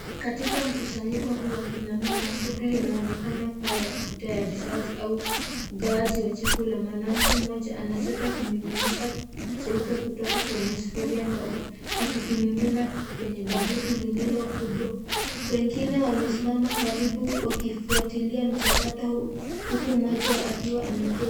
Katika mkusanyiko huu wa kina mama, shughuli inaonekana kuwa ya utayarishaji au ufugaji wa chakula. Mwanamke mmoja anachota kimiminika cheupe kutoka kwenye sufuria ndogo na kukimimina kwenye bakuli lililo kubwa. Wengine wamesimama karibu wakifuatilia mchakato huu, huku mmoja akiwa ameketi.